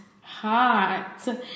hot